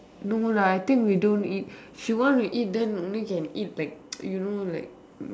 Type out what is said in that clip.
no lah I think we don't eat she want to eat then only can eat like you know like